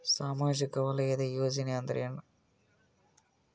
ಸಾಮಾಜಿಕ ವಲಯದ ಯೋಜನೆ ಅಂದ್ರ ಏನ?